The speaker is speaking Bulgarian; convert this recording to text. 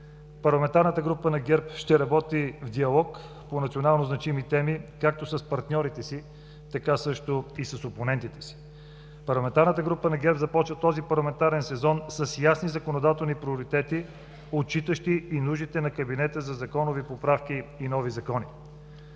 Парламентарната група на ГЕРБ ще работи в диалог по национално значими теми както с партньорите си, така също и с опонентите си. Парламентарната група на ГЕРБ започва този парламентарен сезон с ясни законодателни приоритети, отчитащи и нуждите на кабинета за законови поправки и нови закони.